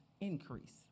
increase